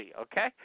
okay